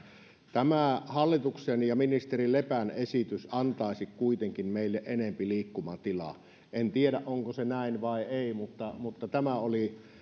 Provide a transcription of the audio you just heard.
tämä hallituksen ja ministeri lepän esitys antaisi kuitenkin meille enempi liikkumatilaa en tiedä onko se näin vai ei mutta mutta tämä oli